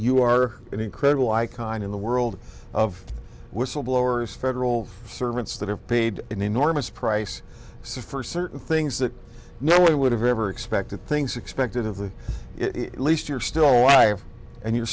you are an incredible icon in the world of whistleblowers federal servants that have paid an enormous price so for certain things that never would have ever expected things expected of the least you're still alive and you're